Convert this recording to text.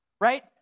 right